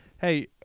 Hey